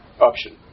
option